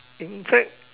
in fact